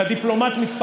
לדיפלומט מס'